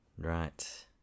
Right